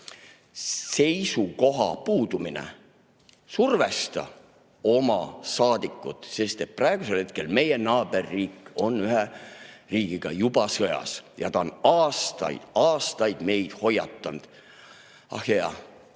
seisukoha puudumine. Survesta oma saadikut, sest praegusel hetkel meie naaberriik on ühe riigiga juba sõjas ja ta on aastaid, aastaid meid hoiatanud. Ah jaa,